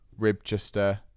Ribchester